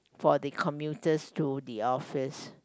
for the commuters to the office